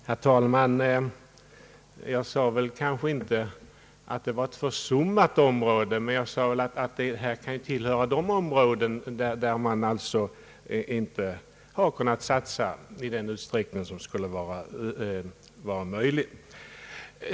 Herr talman! Jag sade inte att detta var ett försummat område, utan jag sade att det kan vara ett område där man inte kunnat satsa i den utsträckning som skulle varit möjlig.